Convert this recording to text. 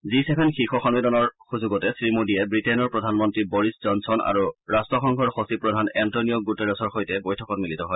G seven শীৰ্ষ সম্মিলনৰ সুযোগতে শ্ৰীমোডীয়ে ৱিটেইনৰ প্ৰধানমন্ত্ৰী বৰিছ জনছন আৰু ৰট্টসংঘৰ সচিব প্ৰধান এণ্টনিঅ গুট্টাৰেছৰ সৈতে বৈঠকত মিলিত হয়